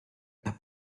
las